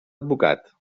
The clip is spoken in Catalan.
advocat